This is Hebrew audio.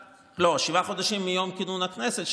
שבעה חודשים מיום כינון הכנסת.